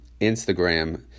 Instagram